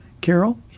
Carol